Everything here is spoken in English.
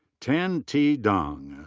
tan t. dang.